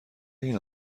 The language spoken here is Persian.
این